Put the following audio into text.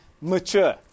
mature